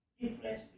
difference